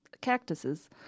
cactuses